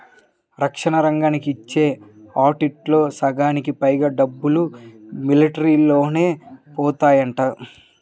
రక్షణ రంగానికి ఇచ్చే ఆటిల్లో సగానికి పైగా డబ్బులు మిలిటరీవోల్లకే బోతాయంట